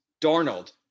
Darnold